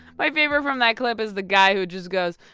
my favorite from that clip is the guy who just goes,